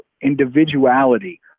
individuality